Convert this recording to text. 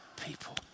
people